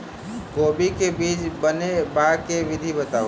कोबी केँ बीज बनेबाक विधि बताऊ?